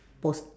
post